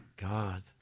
god